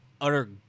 utter